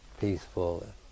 peaceful